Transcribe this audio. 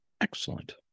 Excellent